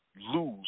lose